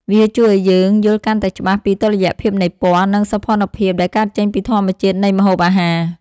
វាជួយឱ្យយើងយល់កាន់តែច្បាស់ពីតុល្យភាពនៃពណ៌ និងសោភ័ណភាពដែលកើតចេញពីធម្មជាតិនៃម្ហូបអាហារ។